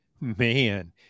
man